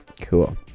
cool